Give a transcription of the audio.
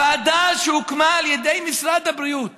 ועדה שהוקמה על ידי משרד הבריאות